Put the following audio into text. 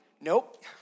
Nope